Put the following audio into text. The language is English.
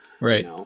Right